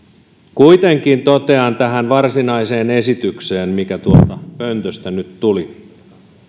kuitenkin totean tähän varsinaiseen esitykseen mikä tuolta pöntöstä nyt tuli